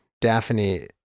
Daphne